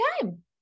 time